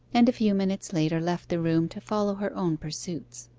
and a few minutes later left the room to follow her own pursuits.